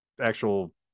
actual